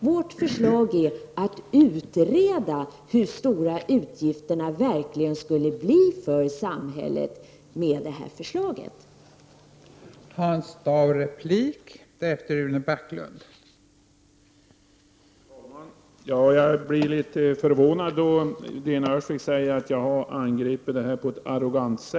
Vårt förslag är att utreda hur stora utgifterna verkligen skulle bli för samhället om detta förslag genomförs.